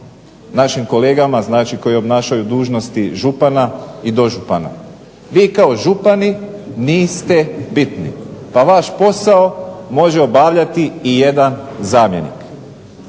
našim kolegama, znači koji obnašaju dužnosti župana i dožupana. Vi kao župani niste bitni, pa vaš posao može obavljati i jedan zamjenik.